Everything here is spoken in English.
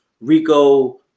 Rico